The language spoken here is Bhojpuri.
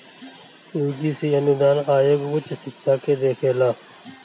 यूजीसी अनुदान आयोग उच्च शिक्षा के देखेला